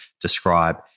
describe